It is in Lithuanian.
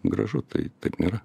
gražu tai taip nėra